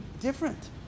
different